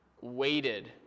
weighted